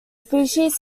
species